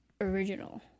original